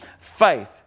faith